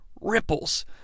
ripples